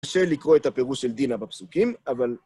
קשה לקרוא את הפירוש של דינה בפסוקים, אבל...